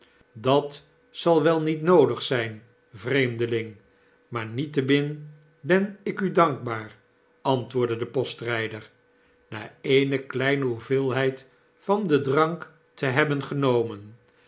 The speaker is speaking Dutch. dat zal wel niet noodig zyn vreemdeling maar niettemin ben ik u dankbaar antwoordde de postryder na eene kleine hoeveelheid van den drank te hebben genomen